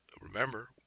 Remember